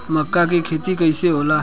मका के खेती कइसे होला?